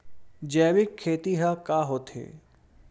जैविक खेती ह का होथे?